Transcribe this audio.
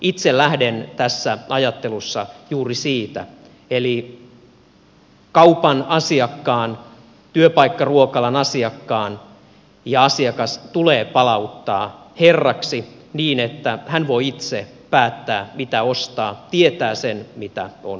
itse lähden tässä ajattelussa juuri siitä eli kaupan asiakas ja työpaikkaruokalan asiakas tulee palauttaa herraksi niin että hän voi itse päättää mitä ostaa tietää sen mitä on ostamassa